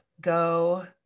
go